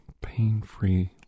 pain-free